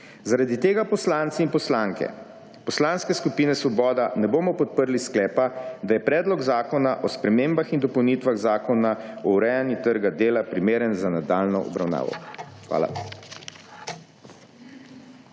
Zaradi tega poslanci in poslanke Poslanske skupine Svoboda ne bomo podprli sklepa, da je Predlog zakona o spremembah in dopolnitvah Zakona o urejanju trga dela primeren za nadaljnjo obravnavo. Hvala.